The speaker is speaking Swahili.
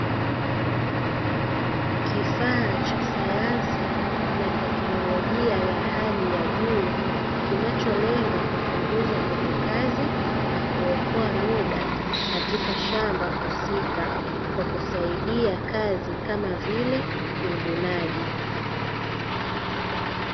Kifaa cha sayansi na teknolojia ya hali ya juu, kinacholenga kupunguza nguvu kazi na kuokoa muda katika shamba husika kwa kusaidia kazi kama vile: uvunaji.